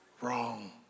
wrong